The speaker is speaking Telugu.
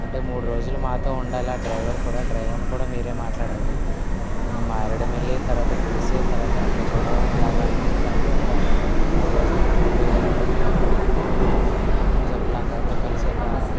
అంటే మూడు రోజులు మాతో ఉండాలి ఆ డ్రైవర్ కూడా డ్రైవరర్ ని మీరే మాట్లాడండి మారేడుమెల్లి తరువాత గుడెస తరువాత రంపచోడవరం ఇలాగ అన్నీ కలిపి ఒక మూడురోజులకి ట్రిప్ వేయాలనుకుంటున్నాం కుటుంబ సభ్యులు అందరితో కలిసి ఒక